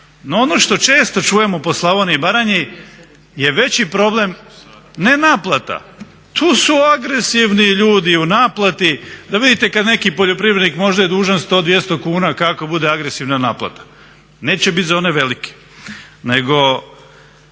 No ono što često čujemo po Slavoniji i Baranji je veći problem ne naplata, tu su agresivni ljudi u naplati, da vidite kad neki poljoprivrednik možda je dužan 100, 200 kuna kako bude agresivna naplata, a neće biti za one velike. Nego